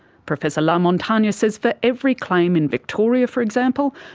professor lamontage and says for every claim in victoria for example,